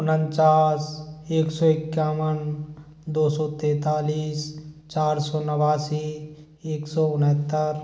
उनचास एक सौ इक्यावन दो सौ तैंतालीस चार सौ नवासी एक सौ उनहत्तर